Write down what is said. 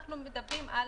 אנחנו מדברים על